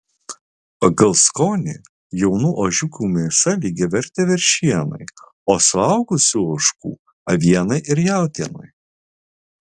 pagal skonį jaunų ožiukų mėsa lygiavertė veršienai o suaugusių ožkų avienai ir jautienai